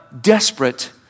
desperate